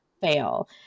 fail